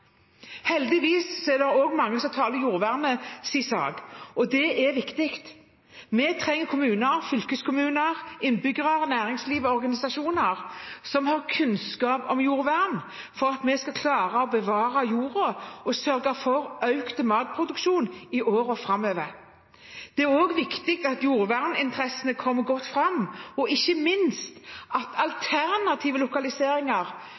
og det er viktig. Vi trenger kommuner, fylkeskommuner, innbyggere, næringsliv og organisasjoner som har kunnskap om jordvern, for at vi skal klare å bevare jord og sørge for økt matproduksjon i årene framover. Det er også viktig at jordverninteressene kommer godt fram, og ikke minst at alternative lokaliseringer